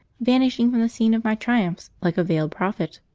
vanishing from the scene of my triumphs like a veiled prophet.